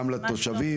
גם לתושבים,